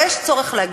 ויש צורך להגיד,